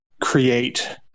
create